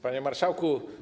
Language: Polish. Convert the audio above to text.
Panie Marszałku!